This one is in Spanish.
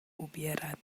hubiera